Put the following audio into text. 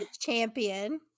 champion